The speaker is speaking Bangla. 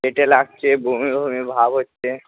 পেটে লাগছে বমি বমি ভাব হচ্ছে